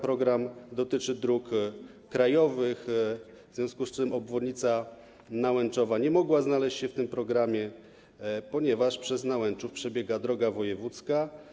Program dotyczy dróg krajowych, w związku z czym obwodnica Nałęczowa nie mogła znaleźć się w tym programie, ponieważ przez Nałęczów przebiega droga wojewódzka.